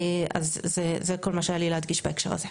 זה כל מה שהיה לי להדגיש בהקשר הזה.